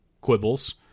quibbles